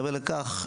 מעבר לכך,